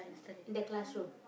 in the classroom